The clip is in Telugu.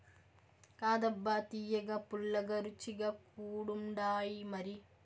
కాదబ్బా తియ్యగా, పుల్లగా, రుచిగా కూడుండాయిమరి